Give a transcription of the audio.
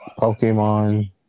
Pokemon